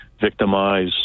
victimize